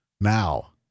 Now